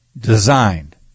designed